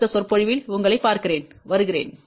அடுத்த சொற்பொழிவில் உங்களைப் பார்க்கிறேன் வருகிறேன்